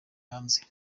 hanze